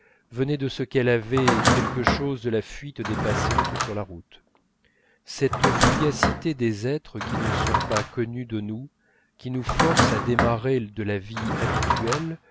venait de ce qu'elle avait quelque chose de la fuite des passantes sur la route cette fugacité des êtres qui ne sont pas connus de nous qui nous forcent à démarrer de la vie habituelle